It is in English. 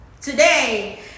today